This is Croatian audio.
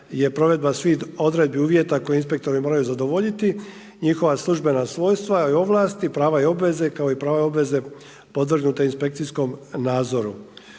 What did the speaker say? je provedba svih odredbi, uvjeta koje inspektori moraju zadovoljiti njihova službena svojstva i ovlasti, prava i obveze kao i prava i obveze podvrgnute inspekcijskom nadzoru.